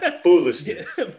Foolishness